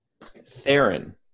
Theron